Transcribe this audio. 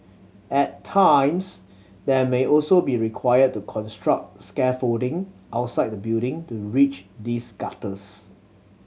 at times they may also be required to construct scaffolding outside the building to reach these gutters